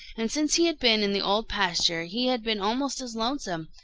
and since he had been in the old pasture he had been almost as lonesome,